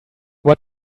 what